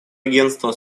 агентства